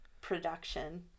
production